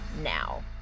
now